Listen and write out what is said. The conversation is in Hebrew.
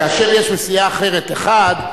כאשר יש מסיעה אחרת אחד,